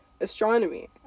Astronomy